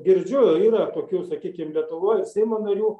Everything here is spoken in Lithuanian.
girdžiu yra tokių sakykim lietuvoj ir seimo narių